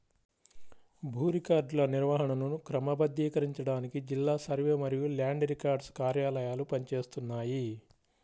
భూ రికార్డుల నిర్వహణను క్రమబద్ధీకరించడానికి జిల్లా సర్వే మరియు ల్యాండ్ రికార్డ్స్ కార్యాలయాలు పని చేస్తున్నాయి